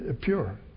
pure